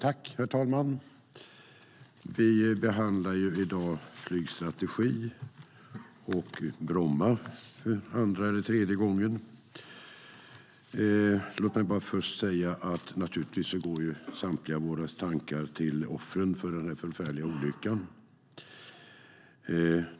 Herr talman! Vi behandlar i dag flygstrategi och Bromma för andra eller tredje gången. Låt mig bara först säga att samtliga våras tankar naturligtvis går till offren för den förfärliga olyckan i går.